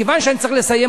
מכיוון שאני צריך לסיים,